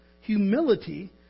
humility